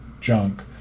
junk